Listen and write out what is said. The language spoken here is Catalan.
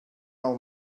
nou